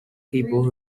people